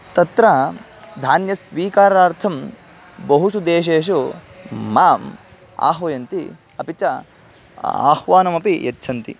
तत्र धान्यस्वीकारार्थं बहुषु देशेषु माम् आह्वयन्ति अपि च आह्वानमपि यच्छन्ति